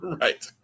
right